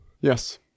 Yes